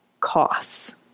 costs